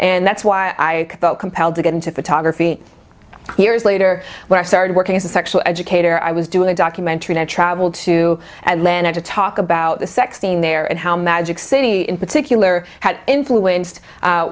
and that's why i felt compelled to get into photography years later when i started working as a sexual educator i was doing a documentary to travel to atlanta to talk about the sex scene there and how magic city in particular had influenced